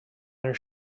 their